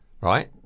right